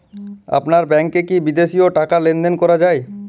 আপনার ব্যাংকে কী বিদেশিও টাকা লেনদেন করা যায়?